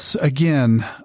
again